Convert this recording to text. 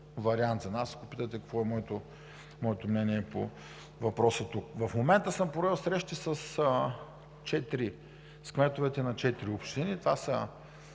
В момента съм провел срещи с кметовете на четири